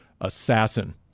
assassin